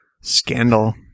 Scandal